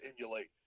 emulate